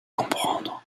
comprendre